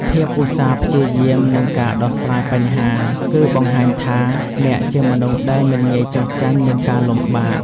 ភាពឧស្សាហ៍ព្យាយាម និងការដោះស្រាយបញ្ហា គឺបង្ហាញថាអ្នកជាមនុស្សដែលមិនងាយចុះចាញ់នឹងការលំបាក។